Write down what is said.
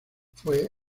fue